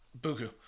buku